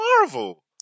Marvel